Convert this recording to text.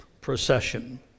procession